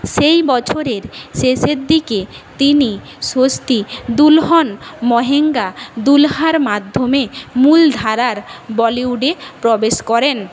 সেই বছরের শেষের দিকে তিনি সস্তি দুলহন মহেঙ্গা দুলহার মাধ্যমে মূলধারার বলিউডে প্রবেশ করেন